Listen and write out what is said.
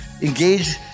engage